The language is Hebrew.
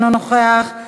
אינו נוכח,